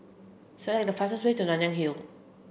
select the fastest way to Nanyang Hill